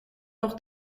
nog